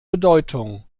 bedeutung